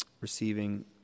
receiving